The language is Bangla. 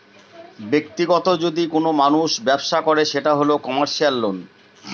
ব্যাক্তিগত যদি কোনো মানুষ ব্যবসা করে সেটা হল কমার্সিয়াল লোন